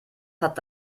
hat